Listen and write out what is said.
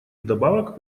вдобавок